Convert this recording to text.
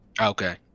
Okay